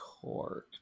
court